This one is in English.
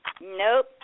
Nope